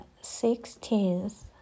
sixteenth